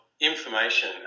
information